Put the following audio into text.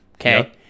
okay